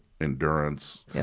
endurance